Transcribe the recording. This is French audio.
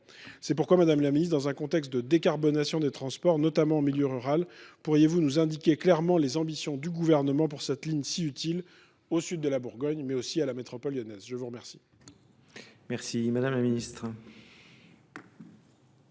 déjà totalement. Dans un contexte de décarbonation des transports, notamment en milieu rural, pourriez vous nous indiquer clairement les ambitions du Gouvernement pour cette ligne si utile au sud de la Bourgogne, mais aussi à la métropole lyonnaise ? La parole